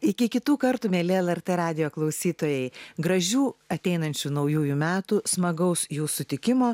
iki kitų kartų mieli lrt radijo klausytojai gražių ateinančių naujųjų metų smagaus jų sutikimo